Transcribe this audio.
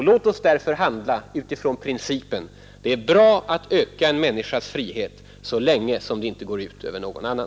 Låt oss därför handla utifrån principen: det är bra att öka en människas frihet, så länge som det inte går ut över någon annan.